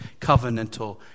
covenantal